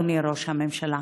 אדוני ראש הממשלה,